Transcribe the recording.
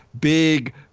big